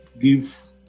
give